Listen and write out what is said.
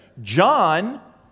John